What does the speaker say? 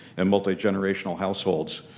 and multigenerational households,